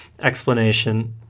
Explanation